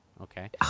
okay